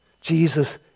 Jesus